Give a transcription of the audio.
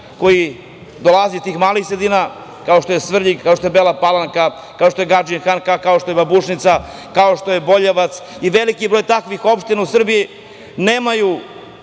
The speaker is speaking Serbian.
koji dolaze iz tih malih sredina kao što je Svrljig, kao što je Bela Palanka, kao što je Gadžin Han, kao što je Babušnica, kao što je Boljevac i veliki broj takvih opština u Srbiji, nemaju